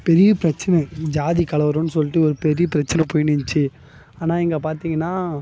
பெரிய பிரச்சின இருக்குது ஜாதிக் கலவரம்னு சொல்லிட்டு ஒரு பெரிய பிரச்சின போய்ன்னு இருந்துச்சி ஆனால் இங்கே பார்த்தீங்கன்னா